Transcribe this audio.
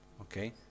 Okay